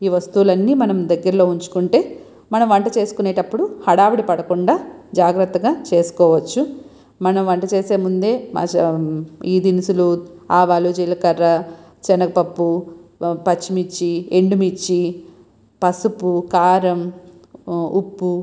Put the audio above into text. ఈ వస్తువులన్నీ మనం దగ్గర్లో ఉంచుకుంటే మనం వంట చేసుకునేటప్పుడు హడావిడి పడకుండా జాగ్రత్తగా చేసుకోవచ్చు మనం వంట చేసే ముందే మజా ఈ దినుసులు ఆవాలు జీలకర్ర శనగపప్పు పచ్చిమిర్చి ఎండుమిర్చి పసుపు కారం ఉప్పు